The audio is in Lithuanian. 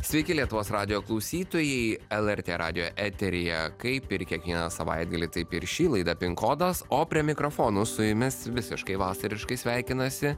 sveiki lietuvos radijo klausytojai lrt radijo eteryje kaip ir kiekvieną savaitgalį taip ir šį laida pin kodas o prie mikrofono su jumis visiškai vasariškai sveikinasi